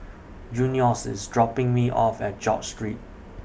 Junious IS dropping Me off At George Street